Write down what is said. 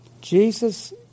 Jesus